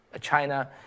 China